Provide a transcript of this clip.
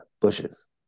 bushes